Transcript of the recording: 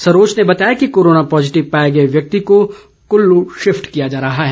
सरोच ने बताया कि कोरोना पॉजिटिव पाए गए व्यक्ति को कुल्लू शिफ्ट किया जा रहा है